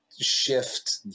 shift